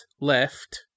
left